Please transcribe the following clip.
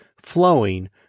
flowing